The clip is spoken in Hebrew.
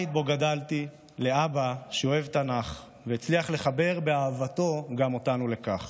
גדלתי בבית שבו אבא אוהב תנ"ך והצליח לחבר באהבתו גם אותנו לכך.